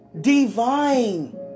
Divine